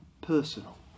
personal